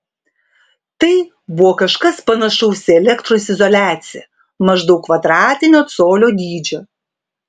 tai buvo kažkas panašaus į elektros izoliaciją maždaug kvadratinio colio dydžio